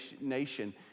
nation